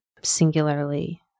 singularly